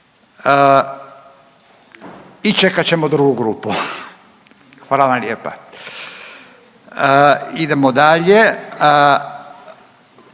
I čekat ćemo drugu grupu. Hvala vam lijepa. Idemo dalje,